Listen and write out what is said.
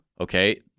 okay